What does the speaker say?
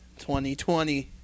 2020